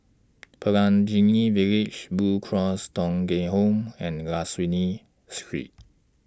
Pelangi Village Blue Cross Thong Kheng Home and La Salle Street